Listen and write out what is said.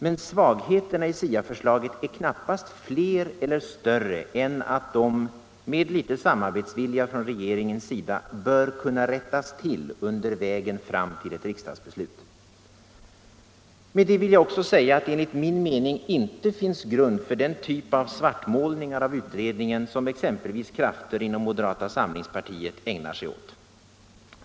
Men svagheterna i SIA-förslaget är knappast fler eller större än att de — med litet samarbetsvilja från regeringens sida — bör kunna rättas till under vägen fram till ett riksdagsbeslut. Med detta vill jag också säga att det enligt min mening inte finns grund för den typ av svartmålningar av utredningen som exempelvis krafter inom moderata samlingspartiet ägnar sig åt.